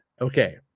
okay